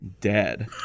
dead